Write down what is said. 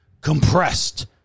compressed